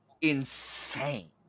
insane